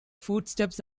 footsteps